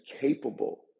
capable